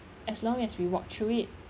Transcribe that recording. as long as we walk through it